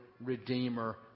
Redeemer